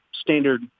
standard